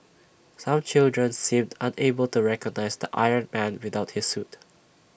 some children seemed unable to recognise the iron man without his suit